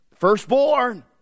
Firstborn